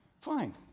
fine